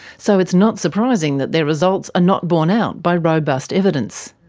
so it's not surprising that their results are not borne out by robust evidence.